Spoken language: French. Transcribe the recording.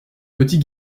petit